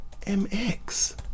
Mx